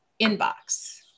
inbox